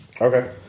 Okay